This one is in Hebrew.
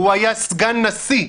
הוא היה סגן נשיא.